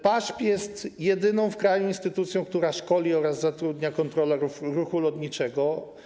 PAŻP jest jedyną w kraju instytucją, która szkoli oraz zatrudnia kontrolerów ruchu lotniczego.